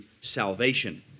salvation